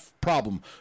problem